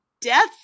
death